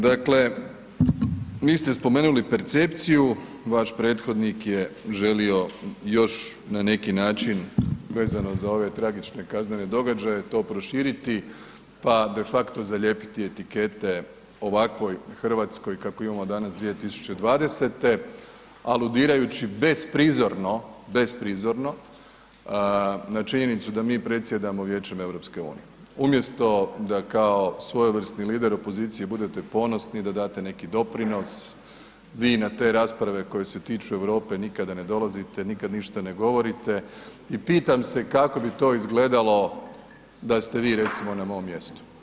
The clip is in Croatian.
Dakle, vi ste spomenuli percepciju, vaš prethodnik je želio još na neki način vezano za ove tragične kaznene događaje to proširiti pa de facto zalijepiti etikete ovakvoj Hrvatskoj kakvu imamo danas 2020., aludirajući besprizorno, besprizorno, na činjenicu da mi predsjedamo Vijećem EU-a umjesto da kao svojevrsni lider u opoziciji budete ponosni, da date neki doprinos, vi na te rasprave koje se tiču Europe nikada ne dolazite, nikad ništa ne govorite i pitam se kako bi to izgledalo da ste vi recimo na mom mjestu.